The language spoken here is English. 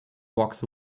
walks